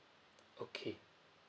okay